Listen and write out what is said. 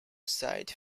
side